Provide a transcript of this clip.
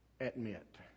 admit